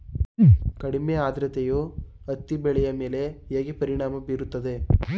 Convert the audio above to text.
ಕಡಿಮೆ ಆದ್ರತೆಯು ಹತ್ತಿ ಬೆಳೆಯ ಮೇಲೆ ಹೇಗೆ ಪರಿಣಾಮ ಬೀರುತ್ತದೆ?